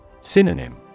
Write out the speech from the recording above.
Synonym